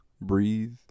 breathe